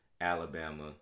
Alabama